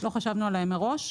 שלא חשבנו עליהם מראש,